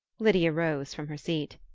lydia rose from her seat.